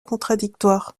contradictoires